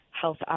health